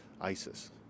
ISIS